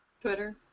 Twitter